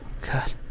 God